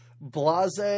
blase